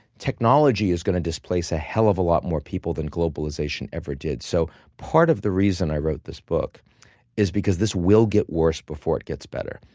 technology is going to displace a hell of a lot more people than globalization ever did. so part of the reason i wrote this book is because this will get worse before it gets better.